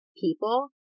people